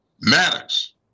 Maddox